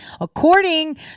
According